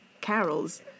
carols